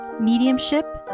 mediumship